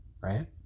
right